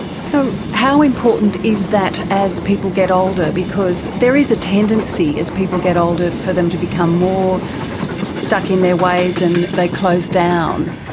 so how important is that as people get older, because there is a tendency as people get older for them to become more stuck in their ways and they close down.